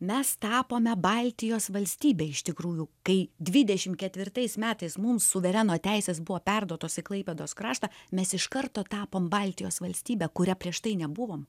mes tapome baltijos valstybė iš tikrųjų kai dvidešim ketvirtais metais mums suvereno teises buvo perduotos į klaipėdos kraštą mes iš karto tapom baltijos valstybe kuria prieš tai nebuvom